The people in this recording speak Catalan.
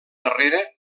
darrere